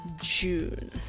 June